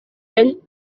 ell